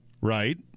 right